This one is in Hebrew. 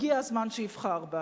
הגיע הזמן שיבחר בה.